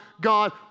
God